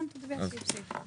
כן, לפי הסעיפים.